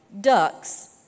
ducks